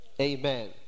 Amen